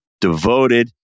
devoted